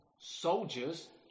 Soldiers